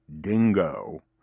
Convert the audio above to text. dingo